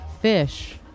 fish